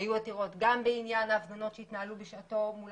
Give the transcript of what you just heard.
היו עתירות גם בעניין ההפגנות שהתנהלו בשעתו מול